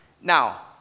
Now